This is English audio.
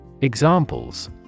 Examples